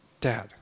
Dad